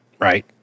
right